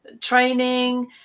training